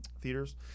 theaters